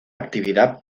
actividad